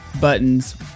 buttons